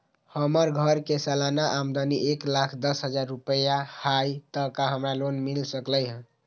हमर घर के सालाना आमदनी एक लाख दस हजार रुपैया हाई त का हमरा लोन मिल सकलई ह?